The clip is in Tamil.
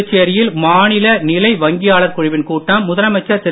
புதுச்சேரியில் மாநில நிலை வங்கியாளர்க் குழுவின் கூட்டம் முதலமைச்சர் திரு